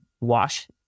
Wash